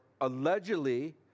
Allegedly